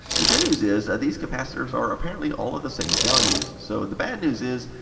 the good news is, these capacitors are apparently all the same values. so the bad news is,